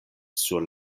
sur